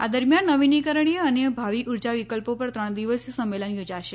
આ દરમિયાન નવીનીકરણીય અને ભાવી ઉર્જા વિકલ્પો પર ત્રણ દિવસીય સંમેલન યોજાશે